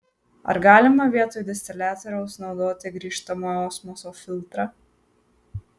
ar galima vietoj distiliatoriaus naudoti grįžtamojo osmoso filtrą